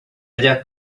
ellas